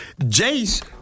Jace